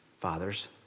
fathers